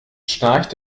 schnarcht